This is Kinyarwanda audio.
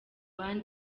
one